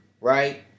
Right